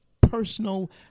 personal